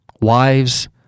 Wives